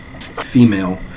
female